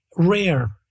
Rare